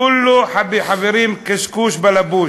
כולו, חברים, קשקוש בלבוש.